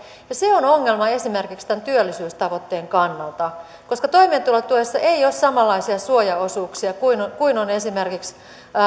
ja se on ongelma esimerkiksi tämän työllisyystavoitteen kannalta koska toimeentulotuessa ei ole samanlaisia suojaosuuksia kuin on kuin on esimerkiksi